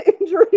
injury